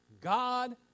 God